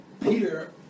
Peter